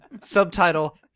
Subtitle